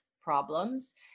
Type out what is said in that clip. problems